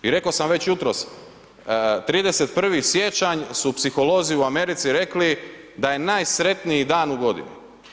I reko sam već jutros 31. siječanj su psiholozi u Americi rekli da je najsretniji dan u godini.